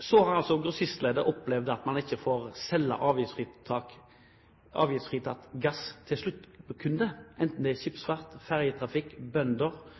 Så har grossistleddet opplevd at man ikke får selge avgiftsfritatt gass til sluttkunde, enten det er skipsfart, ferjetrafikk, bønder